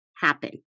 happen